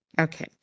Okay